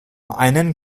einen